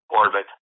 orbit